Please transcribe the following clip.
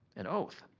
an oath,